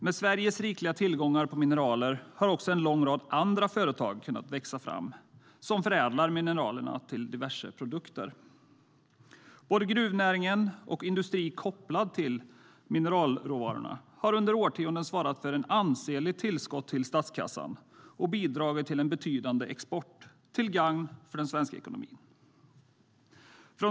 Med Sveriges rikliga tillgångar på mineraler har också en lång rad andra företag kunnat växa fram som förädlar mineralerna till diverse produkter. Både gruvnäringen och industrin kopplad till mineralråvarorna har under årtionden svarat för ett ansenligt tillskott till statskassan och bidragit till en betydande export till gagn för den svenska ekonomin.